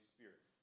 Spirit